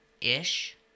ish